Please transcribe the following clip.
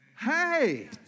Hey